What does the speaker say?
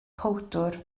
powdwr